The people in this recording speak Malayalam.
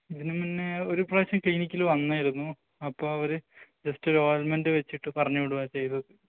ഇതിനുമുന്നേ ഒരുപ്രാവശ്യം ക്ലിനിക്കില് വന്നായിരുന്നു അപ്പോഴവര് ജസ്റ്റൊരോയിന്മെൻറ്റ് വച്ചിട്ട് പറഞ്ഞുവിടുകയാണു ചെയ്തത്